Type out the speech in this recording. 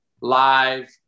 live